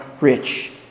rich